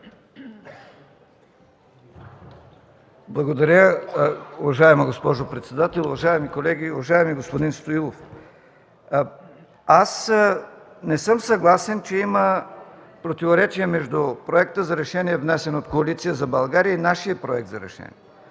Благодаря Ви, уважаема госпожо председател. Уважаеми колеги! Уважаеми господин Стоилов, не съм съгласен, че има противоречия между проекта за решение, внесен от Коалиция за България и нашия проект за решение.